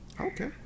Okay